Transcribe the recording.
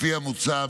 לפי המוצע,